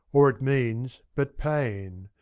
or it means but pain